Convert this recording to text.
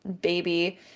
baby